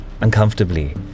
Uncomfortably